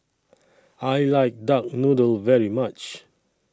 I like Duck Noodle very much